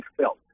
felt